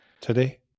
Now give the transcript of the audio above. today